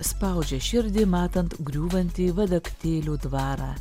spaudžia širdį matant griūvantį vadaktėlių dvarą